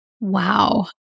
Wow